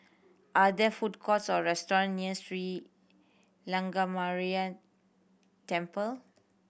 are there food courts or restaurant near Sri Lankaramaya Temple